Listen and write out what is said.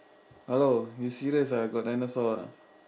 hello you serious ah got dinosaur ah